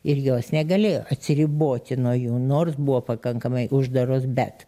ir jos negalėjo atsiriboti nuo jų nors buvo pakankamai uždaros bet